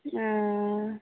हँ